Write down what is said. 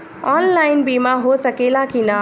Online बीमा हो सकेला की ना?